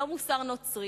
לא מוסר נוצרי,